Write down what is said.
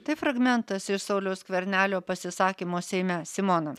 tai fragmentas iš sauliaus skvernelio pasisakymo seime simona